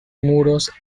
muros